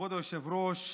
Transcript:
כבוד היושב-ראש,